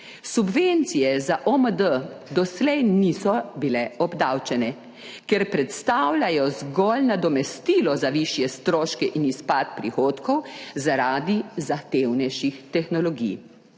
Subvencije za OMD doslej niso bile obdavčene, ker predstavljajo zgolj nadomestilo za višje stroške in izpad prihodkov zaradi zahtevnejših tehnologi.